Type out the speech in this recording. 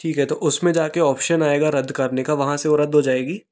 ठीक है तो उसमें जा के ऑप्सन आएगा रद्द करने का वहाँ से वो रद्द हो जाएगी